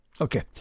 Okay